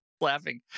laughing